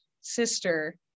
sister